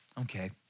Okay